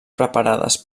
preparades